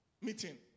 meeting